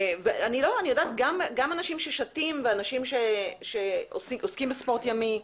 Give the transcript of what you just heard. גם אנשים ששטים ואנשים שעוסקים בספורט ימי,